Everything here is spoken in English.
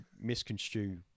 misconstrue